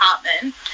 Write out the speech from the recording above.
apartment